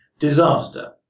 Disaster